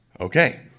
Okay